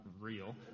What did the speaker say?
real